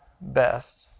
best